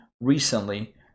Recently